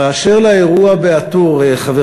אשר לאירוע בא-טור, חבר